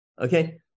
Okay